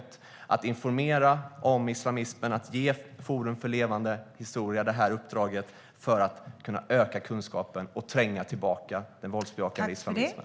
Det handlar om att informera om islamismen och att ge Forum för levande historia det här uppdraget för att kunna öka kunskapen och tränga tillbaka den våldsbejakande islamismen.